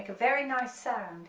very nice sound.